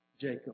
Jacob